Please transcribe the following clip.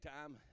time